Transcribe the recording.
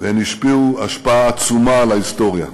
והן השפיעו השפעה עצומה על ההיסטוריה.